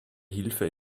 hilfe